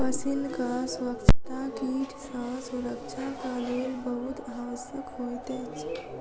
फसीलक स्वच्छता कीट सॅ सुरक्षाक लेल बहुत आवश्यक होइत अछि